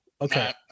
Okay